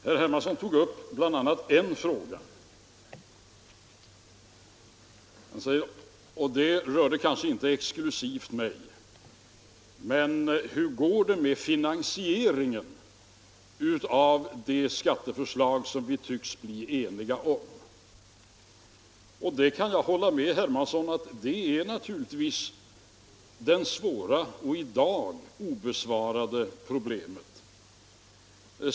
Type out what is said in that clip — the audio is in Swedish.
Herr Hermansson tog bl.a. upp en fråga som kanske inte exklusivt berörde mig: Hur går det med finansieringen av det skatteförslag som vi måste bli eniga om? Jag kan hålla med herr Hermansson om att det är det svåra och i dag olösta problemet.